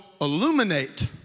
illuminate